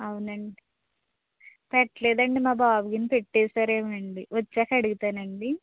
అవునండి పెట్టలేదండి మా బాబు కాని పెటేసారేమోనండి వచ్చాక అడుగుతానండి